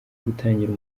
gutangira